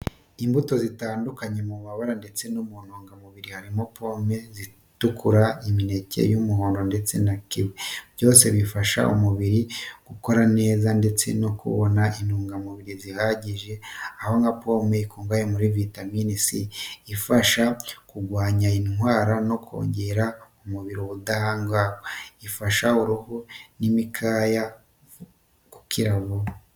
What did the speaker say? Imbuto zitandukanye haba mu mabara ndetse no muntungamubiri, harimo pomme zitukura, imineke y'umuhondo ndetse na kiwi, byose bifasha umubiri gukora neza ndetse no kubona intungamubiri zihagije, aho nka pomme ikungahaye kuri vitamine C, ifasha mu kurwanya indwara no kongerera umubiri ubudahangarwa. Ifasha uruhu n’imikaya gukira vuba.